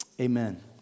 amen